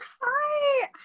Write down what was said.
Hi